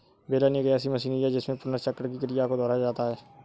बेलन एक ऐसी मशीनरी है जिसमें पुनर्चक्रण की क्रिया को दोहराया जाता है